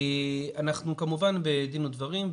אנחנו כמובן בדין ודברים,